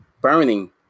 burning